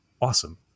awesome